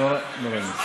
לא, לא.